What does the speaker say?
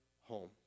home